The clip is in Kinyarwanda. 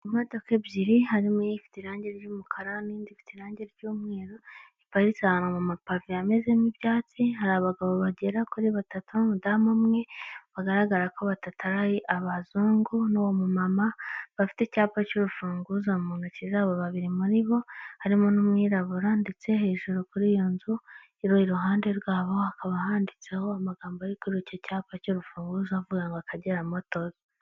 Imodoka ebyiri, harimo ifite irangi ry'umukara n'indi ifite irangi ry'umweru, iparitse ahantu mu mapave yamezemo ibyatsi, hari abagabo bagera kuri batatu n'umudamu umwe, bagaragara ko batatu ari abazungu n'uwo mumama bafite icyapa cy'urufunguzo mu ntoki zabo babiri muri bo, harimo n'umwirabura ndetse hejuru kuri iyo nzu iruhande rwabo, hakaba handitseho amagambo ari kuri icyo cyapa cy'urufunguzo avuga ngo akagera motozi.